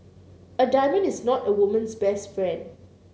a diamond is not a woman's best friend